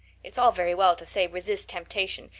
it's all very well to say resist temptation,